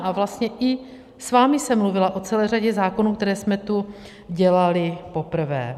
A vlastně i s vámi jsem mluvila o celé řadě zákonů, které jsme tu dělali poprvé.